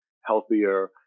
healthier